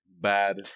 bad